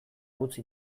utzi